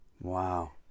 Wow